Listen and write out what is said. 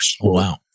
Wow